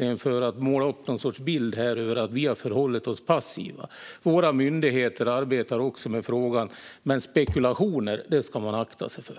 grund för att måla upp någon sorts bild av att vi har förhållit oss passiva. Våra myndigheter arbetar också med frågan. Men spekulationer ska man akta sig för.